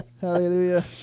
Hallelujah